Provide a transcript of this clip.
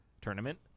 tournament